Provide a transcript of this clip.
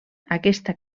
aquesta